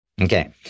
Okay